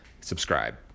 subscribe